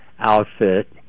outfit